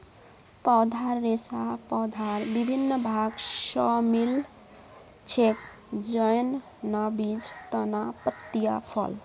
पौधार रेशा पौधार विभिन्न भाग स मिल छेक, जैन न बीज, तना, पत्तियाँ, फल